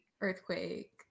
Earthquake